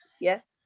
Yes